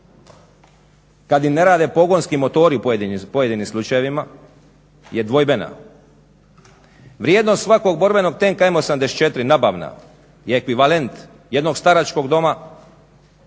kad im ne rade pogonski motori u pojedinim slučajevima, je dvojbena. Vrijednost svakog borbenog tenka M-84 nabavna je ekvivalent jednog staračkog doma,